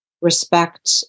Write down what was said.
respect